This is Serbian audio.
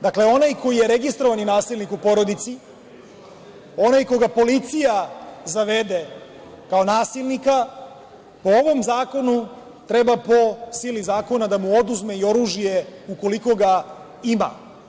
Dakle, onaj ko je registrovani nasilnik u porodici, onaj koga policija zavede kao nasilnika, po ovom zakonu treba po sili zakona da mu oduzme i oružje ukoliko ga ima.